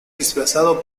disfrazado